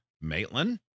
Maitland